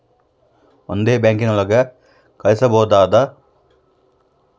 ಒಂದೇ ಬ್ಯಾಂಕಿನೊಳಗೆ ಕಳಿಸಬಹುದಾ ಮತ್ತು ಬೇರೆ ಬೇರೆ ಬ್ಯಾಂಕುಗಳ ನಡುವೆ ಕಳಿಸಬಹುದಾ ಹಾಗೂ ಇನ್ನೊಂದು ದೇಶಕ್ಕೆ ಕಳಿಸಬಹುದಾ?